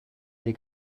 dei